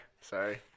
Sorry